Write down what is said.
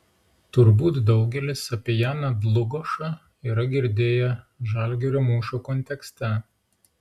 turbūt daugelis apie janą dlugošą yra girdėję žalgirio mūšio kontekste